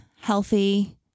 healthy